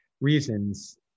reasons